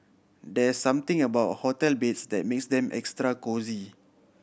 there's something about hotel beds that makes them extra cosy